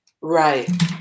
Right